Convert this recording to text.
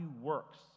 works